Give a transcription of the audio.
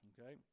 Okay